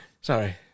Sorry